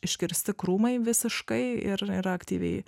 iškirsti krūmai visiškai ir yra aktyviai